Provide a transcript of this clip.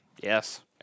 Yes